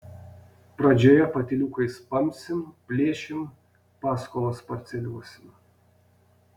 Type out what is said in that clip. pradžioje patyliukais pampsim plėšim paskolas parceliuosim